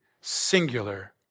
singular